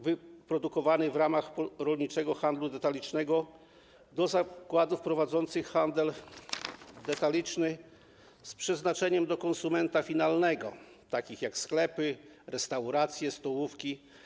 wyprodukowanej w ramach rolniczego handlu detalicznego do zakładów prowadzących handel detaliczny z przeznaczeniem dla konsumenta finalnego, takich jak sklepy, restauracje, stołówki.